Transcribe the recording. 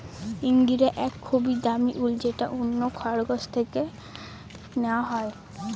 ইঙ্গরা এক খুবই দামি উল যেটা অন্য খরগোশ থেকে নেওয়া হয়